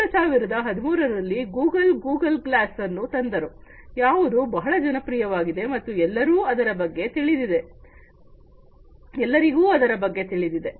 2013ರಲ್ಲಿ Google Google glass ಅನ್ನು ತೊಂದರೆ ಯಾವುದು ಬಹಳ ಜನಪ್ರಿಯವಾಗಿದೆ ಮತ್ತು ಎಲ್ಲರಿಗೂ ಅದರ ಬಗ್ಗೆ ತಿಳಿದಿದೆ